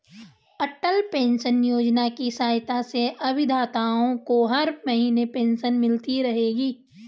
अटल pension योजना की सहायता से अभिदाताओं को हर महीने पेंशन मिलती रहेगी